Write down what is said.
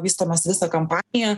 vystomas visą kampaniją